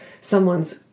someone's